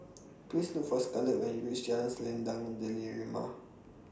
Please Look For Scarlet when YOU REACH Jalan Selendang